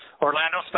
Orlando